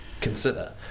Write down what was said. consider